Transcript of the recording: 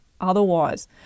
otherwise